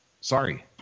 Sorry